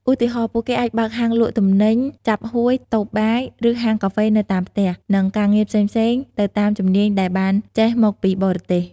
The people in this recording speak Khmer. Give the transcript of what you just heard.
ឧទាហរណ៍ ពួកគេអាចបើកហាងលក់ទំនិញចាប់ហួយ តូបបាយ ឬហាងកាហ្វេនៅតាមផ្ទះ និងការងារផ្សេងៗទៅតាមជំនាញដែលបានចេះមកពីបរទេស។